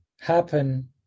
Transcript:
happen